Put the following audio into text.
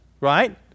right